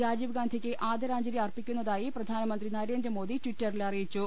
രാജീവ് ഗ്യാസിക്ക് ആദരാ ജ്ഞലി അർപ്പിക്കുന്നതായി പ്രധാനമന്ത്രി നർന്ദ്രമോദി ട്വിറ്ററിൽ അറിയിച്ചു